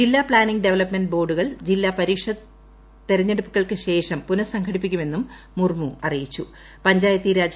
ജില്ലാ planning development ബോർഡുകൾ സില്ലാപരിഷത് തെരഞ്ഞെടുപ്പുകൾക്ക് ശേഷം പുനസംഘടിപ്പിക്കുമെന്നും മുർമു പഞ്ചായത്തീ അറിയിച്ചു